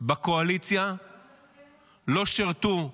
בקואליציה לא שירתו,